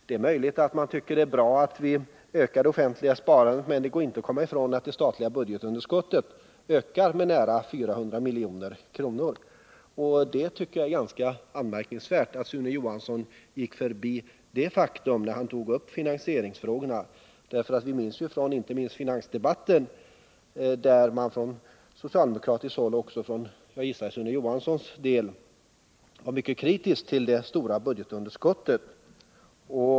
Det är möjligt att man tycker det är bra att vi ökar det offentliga sparandet, men det går inte att komma ifrån att det statliga budgetunderskottet ökar med nära 400 milj.kr. Jag finner det ganska anmärkningsvärt att Sune Johansson gick förbi detta faktum, när han tog upp finansieringsfrågorna. Vi minns ju inte minst från finansdebatten hur man från socialdemokratiskt håll — och jag gissar att det gällde även för Sune Johanssons del — var mycket kritisk till det stora budgetunderskottet.